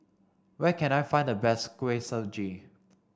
where can I find the best Kuih Suji